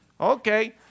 okay